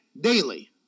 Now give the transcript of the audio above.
daily